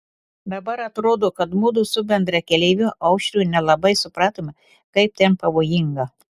dabar atrodo kad mudu su bendrakeleiviu aušriu nelabai supratome kaip ten pavojinga